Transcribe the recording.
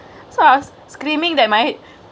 so I was screamingk that my head